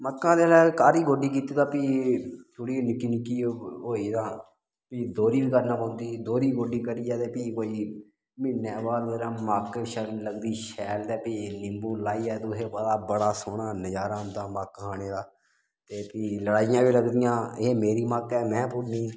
मक्कां ते जेल्लै काह्री गोड्डी कीती ते फ्ही थोह्ड़ी निक्की निक्की होई तां फ्ही दोह्री बी करने पौंदी दोह्री गोड्डी करियै फ्ही कोई म्हीने बाद मक्क छरन लगदी शैल ते फ्ही नींबू लाइयै ते तुसें गी पता बड़ा सोना नजारा आंदा मक्का खाने दा ते फ्ही लड़ाइयां बी लगदियां एह् मेरी मक्क ऐ में भुन्ननी